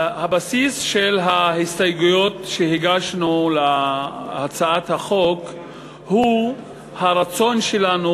הבסיס של ההסתייגויות שהגשנו להצעת החוק הוא הרצון שלנו